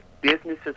businesses